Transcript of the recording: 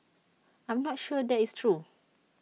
I'm not sure that is true